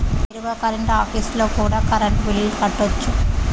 నేరుగా కరెంట్ ఆఫీస్లో కూడా కరెంటు బిల్లులు కట్టొచ్చు